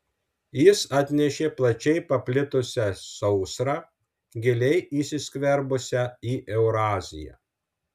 jis atnešė plačiai paplitusią sausrą giliai įsiskverbusią į euraziją